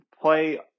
play